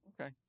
Okay